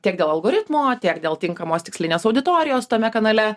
tiek dėl algoritmo tiek dėl tinkamos tikslinės auditorijos tame kanale